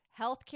Healthcare